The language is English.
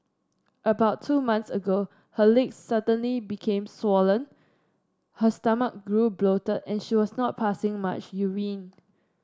about two months ago her legs suddenly became swollen her stomach grew bloated and she was not passing much urine